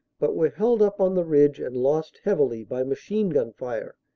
but were held up on the ridge and lost heavily, by machine-gun fire,